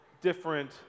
different